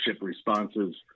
responses